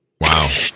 Wow